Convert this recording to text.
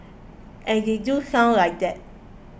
and they do sound like that